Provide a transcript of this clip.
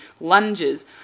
lunges